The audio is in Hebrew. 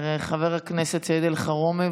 חבר הכנסת סעיד אלחרומי,